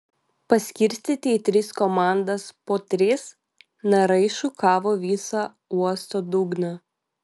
paskirstyti į tris komandas po tris narai šukavo visą uosto dugną